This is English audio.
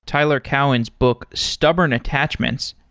tyler cowen's book, stubborn attachments,